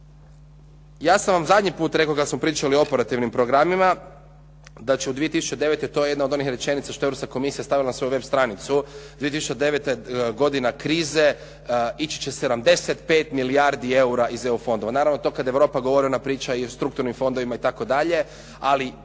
Ja sam vam zadnji puta rekao kada smo pričali o operativnim programima, da će u 2009. to je jedna od onih rečenica što Europska komisija stavila na svoju web stranicu, 2009. godina krize. Ići će 75 milijardi eura iz EU fondova. Naravno to kada Europa govori ona priča i o strukturnim fondovima itd. ali